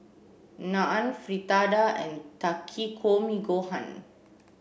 Naan Fritada and Takikomi gohan